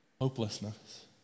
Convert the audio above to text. Hopelessness